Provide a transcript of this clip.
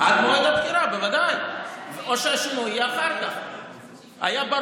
עד מועד הבחירה, בוודאי, או שהשינוי יהיה אחר כך.